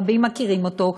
רבים מכירים אותו,